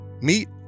meet